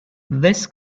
this